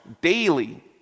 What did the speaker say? daily